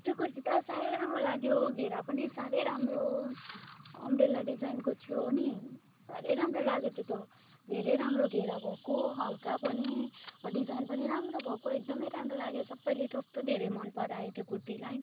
त्यो कुर्ती त साह्रै राम्रो लाग्यो घेरा पनि साह्रै राम्रो अम्रेला डिजाइनको थियो नि साह्रै राम्रो लाग्यो त्यो त धेरै राम्रो घेरा भएको हल्का पनि डिजाइन पनि राम्रो भएको एकदमै राम्रो लाग्यो सबैले कस्तो धेरै मनपरायो त्यो कुर्तीलाई